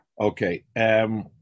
Okay